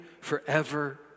forever